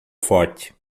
forte